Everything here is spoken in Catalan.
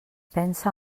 pensa